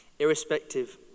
irrespective